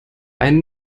einen